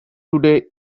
today